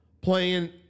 playing